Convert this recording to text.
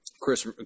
Chris